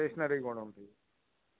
stationery కూడా ఉంటాయి